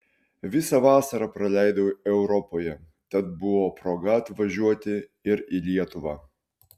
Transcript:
visą vasarą praleidau europoje tad buvo proga atvažiuoti ir į lietuvą